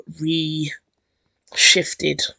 re-shifted